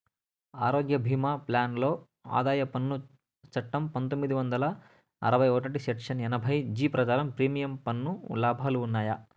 ఆరోగ్య భీమా ప్లాన్ లో ఆదాయ పన్ను చట్టం పందొమ్మిది వందల అరవై ఒకటి సెక్షన్ ఎనభై జీ ప్రకారం ప్రీమియం పన్ను లాభాలు ఉన్నాయా?